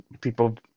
people